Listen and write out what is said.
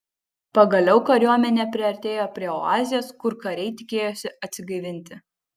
pagaliau kariuomenė priartėjo prie oazės kur kariai tikėjosi atsigaivinti